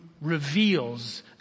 reveals